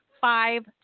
five